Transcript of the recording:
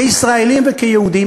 כישראלים וכיהודים,